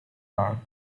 york